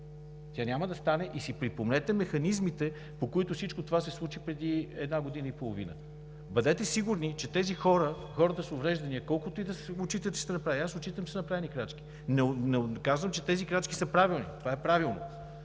Тя няма да стане! И си припомнете механизмите, по които всичко това се случи преди една година и половина. Бъдете сигурни, че тези хора – хората с увреждания, колкото и да отчитат, че са направени крачки, и аз отчитам, че са направени крачки...